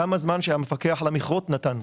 לכמה זמן שהמפקח על המכרות נתן.